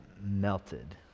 melted